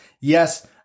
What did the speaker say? Yes